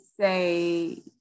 say